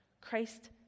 Christ